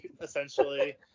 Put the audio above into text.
essentially